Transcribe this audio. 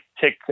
take